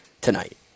tonight